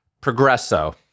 Progresso